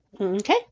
Okay